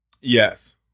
Yes